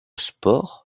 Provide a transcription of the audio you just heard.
sport